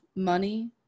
money